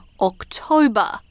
October